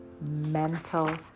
mental